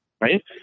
right